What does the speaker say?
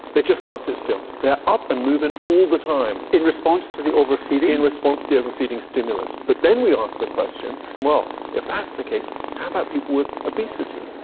they just can't sit still. they're up and moving all the time. in response to the overfeeding? in response to the overfeeding stimulus. but then we asked the question, well if that's the case how about people with obesity?